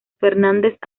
fernández